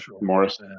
Morris